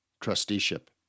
trusteeship